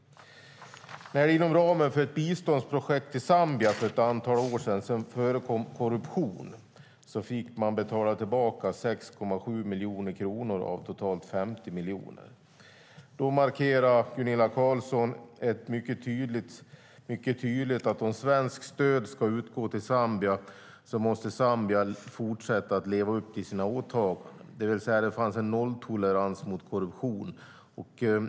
När det inom ramen för ett biståndsprojekt i Zambia för ett antal år sedan förekom korruption fick man betala tillbaka 6,7 miljoner kronor av totalt 50 miljoner. Då markerade Gunilla Carlsson mycket tydligt att om svenskt stöd ska utgå till Zambia måste Zambia fortsätta att leva upp till sina åtaganden. Det vill säga, det fanns en nolltolerans mot korruption.